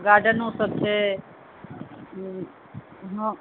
गार्डेनो सभ छै हँ